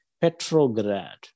petrograd